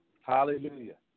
Hallelujah